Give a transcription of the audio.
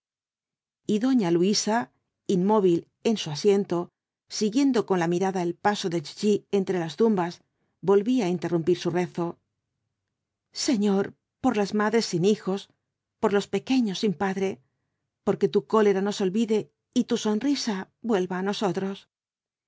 y doña luisa inmóvil en su asiento siguiendo con la mirada el paso de chichi entre las tumbas volvía á interrumpir su rezo señor por las madres sin hijos por los pequeños sin padre por que tu cólera nos olvide y tu sonrisa vuelva á nosotros